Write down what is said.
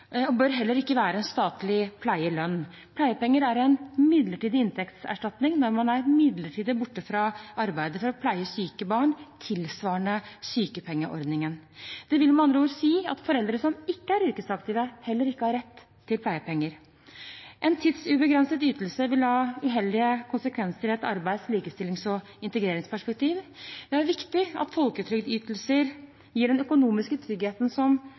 og bør heller ikke være en statlig pleielønn. Pleiepenger er en midlertidig inntektserstatning når man er midlertidig borte fra arbeidet for å pleie syke barn, tilsvarende sykepengeordningen. Det vil med andre ord si at foreldre som ikke er yrkesaktive, heller ikke har rett til pleiepenger. En tidsubegrenset ytelse vil ha uheldige konsekvenser i et arbeids-, likestillings- og integreringsperspektiv. Det er viktig at folketrygdytelser gir den økonomiske tryggheten